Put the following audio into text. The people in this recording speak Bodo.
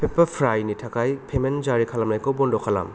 पेपारफ्राइनि थाखाय पेमेन्ट जारि खालामनायखौ बन्द' खालाम